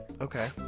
Okay